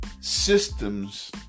systems